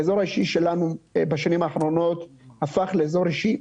האזור האישי שלנו בשנים האחרונות הפך לאזור אישי